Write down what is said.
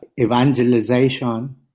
evangelization